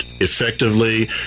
effectively